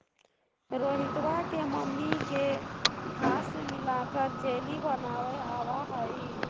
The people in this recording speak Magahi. रोहितवा के मम्मी के घास्य मिलाकर जेली बनावे आवा हई